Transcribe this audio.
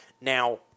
Now